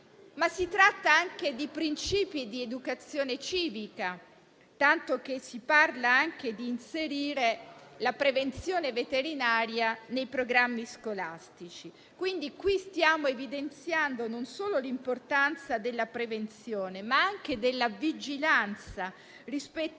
Ma si tratta anche di principi di educazione civica, tanto che si parla di inserire la prevenzione veterinaria anche nei programmi scolastici. Qui stiamo evidenziando, l'importanza non solo della prevenzione, ma anche della vigilanza: pensiamo